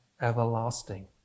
everlasting